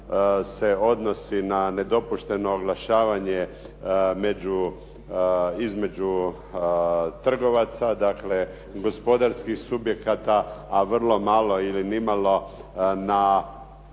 se odnosi na nedopušteno oglašavanje između trgovaca, dakle gospodarskih subjekata, a vrlo malo ili nimalo na